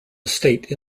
estate